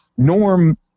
norm